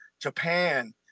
Japan